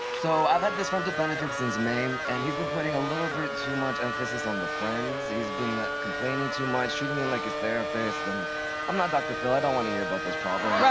so i've had this friends with benefits since may, and he's been putting a little bit too much emphasis on the friends. he's been complaining too much, treating me like his therapist. i'm not dr. phil, i don't wanna hear about those problems. right,